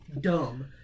dumb